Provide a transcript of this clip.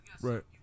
Right